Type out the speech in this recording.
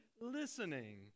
listening